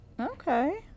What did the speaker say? Okay